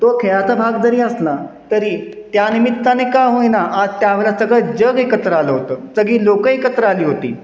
तो खेळाचा भाग जरी असला तरी त्या निमित्ताने का होईना आज त्यावेळेला सगळं जग एकत्र आलं होतं सगळी लोकं एकत्र आली होती